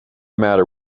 matter